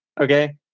okay